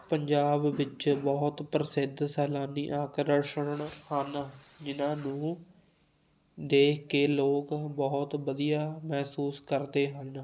ਪੰਜਾਬ ਵਿੱਚ ਬਹੁਤ ਪ੍ਰਸਿੱਧ ਸੈਲਾਨੀ ਆਕਰਸ਼ਣ ਹਨ ਜਿਹਨਾਂ ਨੂੰ ਦੇਖ ਕੇ ਲੋਕ ਬਹੁਤ ਵਧੀਆ ਮਹਿਸੂਸ ਕਰਦੇ ਹਨ